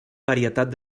varietat